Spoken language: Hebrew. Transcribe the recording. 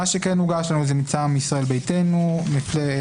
מה שכן הוגש לנו זה מטעם ישראל ביתנו וסיעת